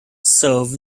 serve